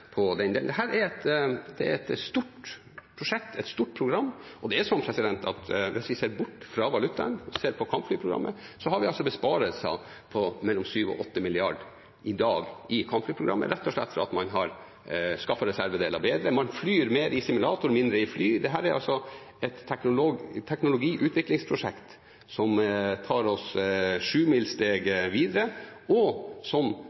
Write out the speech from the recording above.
på den delen. Dette er et stort prosjekt, et stort program, og hvis vi ser bort fra valutaen, og bare ser på kampflyprogrammet, har vi i dag besparelser på mellom 7 mrd. og 8 mrd. kr rett og slett fordi man har skaffet reservedeler på en bedre måte. Man flyr mer i simulator og mindre i fly. Dette er et teknologiutviklingsprosjekt som tar oss sjumilssteg videre, og som